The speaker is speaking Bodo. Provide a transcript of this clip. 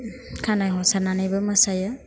खानाइ हसारनानैबो मोसायो